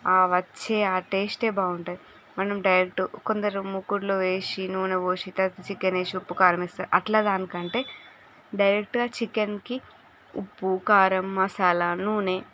ఆ వచ్చే ఆ టేస్టే బాగుంటుంది మనం డైరెక్ట్ కొందరు మూకుడులో వేసి నూనె పోసి తరువాత చికెన్ వేసి ఉప్పు కారం వేస్తారు అట్ల దానికంటే డైరెక్ట్గా చికెన్కి ఉప్పు కారం మసాలా నూనె